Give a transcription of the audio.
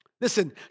Listen